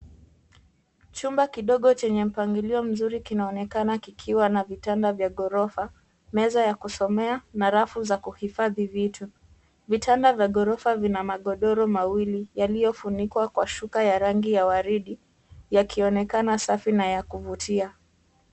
Chumba kidogo chenye mpangilio mzuri kinaonekana kikiwa na vitanda vya ghorofa ,meza ya kusomea na rafu za kuhifadhi vitu , vitanda vya ghorofa vina magodoro mawili yaliyofunikwa kwa shuka ya rangi ya waridi yakionekana safi na ya kuvutia.